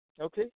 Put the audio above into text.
Okay